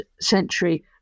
century